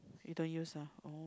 you don't use ah oh